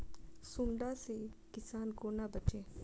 सुंडा से किसान कोना बचे?